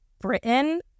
Britain